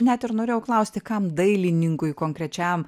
net ir norėjau klausti kam dailininkui konkrečiam